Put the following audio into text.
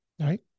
Right